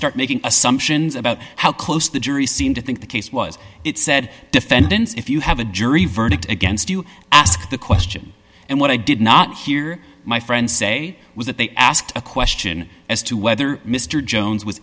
start making assumptions about how close the jury seemed to think the case was it said defendants if you have a jury verdict against you ask the question and what i did not hear my friend say was that they asked a question as to whether mr jones w